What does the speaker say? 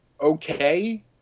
okay